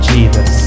Jesus